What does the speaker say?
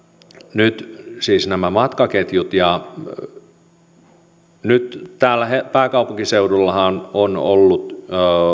nyt siis nämä matkaketjut nyt täällä pääkaupunkiseudullahan on ollut